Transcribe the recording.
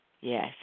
Yes